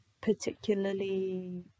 particularly